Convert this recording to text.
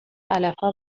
علفها